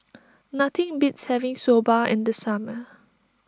nothing beats having Soba in the summer